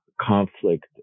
conflict